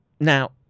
Now